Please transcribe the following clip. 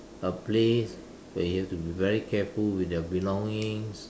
a place where you have to be very careful with your belongings